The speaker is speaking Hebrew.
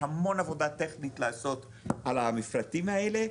יש המון עבודה טכנית לעשות על המפרטים האלה.